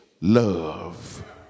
love